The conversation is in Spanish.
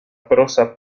prosa